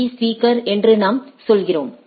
பீ speaker என்று நாம் சொல்கிறோம்